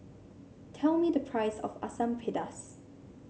tell me the price of Asam Pedas